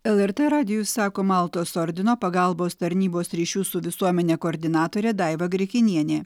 lrt radijui sako maltos ordino pagalbos tarnybos ryšių su visuomene koordinatorė daiva grikinienė